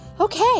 Okay